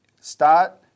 Start